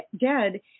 dead